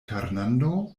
fernando